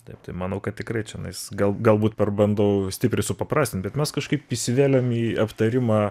taip tai manau kad tikrai čenais gal galbūt per bandau stipriai supaprastint bet mes kažkaip įsivėlėm į aptarimą